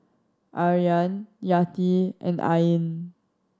Aryan Yati and Ain